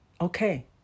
okay